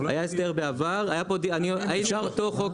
היה הסדר בעבר, היינו עם אותו חוק